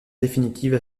définitive